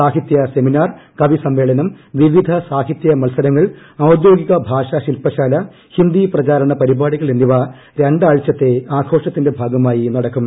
സാഹിത്യ സെമിനാർ കവി സമ്മേളനം വിവിധ സാഹിത്യ മത്സരങ്ങൾ ഔദ്യോഗിക ഭാഷാ ശിൽപ്പശാല ഹിന്ദി പ്രചാരണ പരിപാടികൾ എന്നിവ രണ്ടാഴ്ചത്തെ ആഘോഷത്തിന്റെ ഭാഗമായി നടക്കും